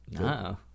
No